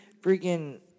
Freaking